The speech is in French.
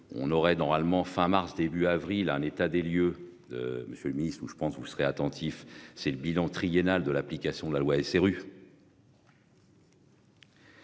on aurait dans allemand fin mars début avril à un état des lieux. Monsieur le Ministre, ou je pense vous serez attentif. C'est le bilan triennal de l'application de la loi SRU.